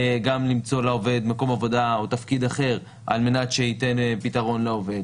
גם למצוא לעובד מקום עבודה או תפקיד אחר על מנת שייתן פתרון לעובד.